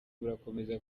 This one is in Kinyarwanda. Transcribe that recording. burakomeza